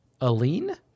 Aline